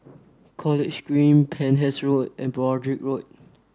College Green Penhas Road and Broadrick Road